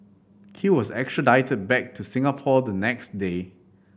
he was extradited back to Singapore the next day